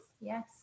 Yes